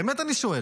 באמת אני שואל.